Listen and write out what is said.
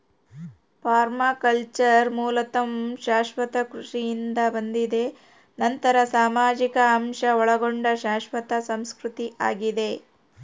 permaculture ಮೂಲತಃ ಶಾಶ್ವತ ಕೃಷಿಯಿಂದ ಬಂದಿದೆ ನಂತರ ಸಾಮಾಜಿಕ ಅಂಶ ಒಳಗೊಂಡ ಶಾಶ್ವತ ಸಂಸ್ಕೃತಿ ಆಗಿದೆ